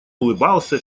улыбался